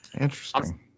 Interesting